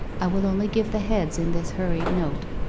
i will only give the heads in this hurried note.